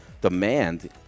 demand